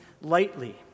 lightly